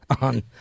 on